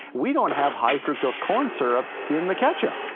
we don't have high fructose corn syrup in the ketchup,